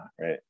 right